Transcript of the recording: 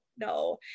no